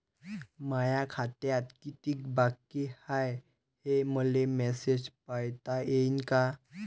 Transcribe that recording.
माया खात्यात कितीक बाकी हाय, हे मले मेसेजन पायता येईन का?